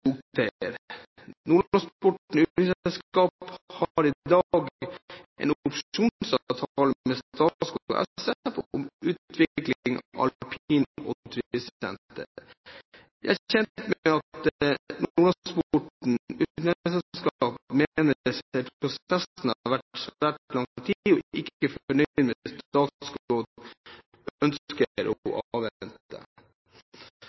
har i dag en opsjonsavtale med Statskog SF om utvikling av alpin- og turistsenter. Jeg er kjent med at Nordlandsporten utviklingsselskap mener prosessen har tatt svært lang tid og ikke er fornøyd med at Statskog SF ønsker å